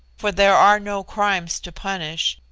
for there are no crimes to punish,